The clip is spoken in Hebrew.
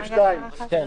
כן.